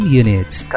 units